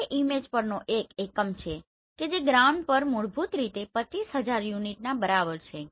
તે ઈમેજ પરનો એક એકમ છે કે જે ગ્રાઉન્ડ પર મૂળભૂત રીતે 25000 યુનિટના બરાબર છે